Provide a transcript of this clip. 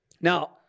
Now